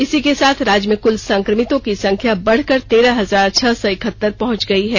इसी के साथ राज्य में कुल संक्रमितों की संख्या बढ़कर तेरह हजार छह सौ इकहतर पहुंच गई है